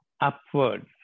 upward